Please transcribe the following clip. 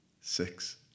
six